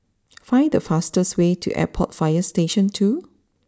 find the fastest way to Airport fire Station two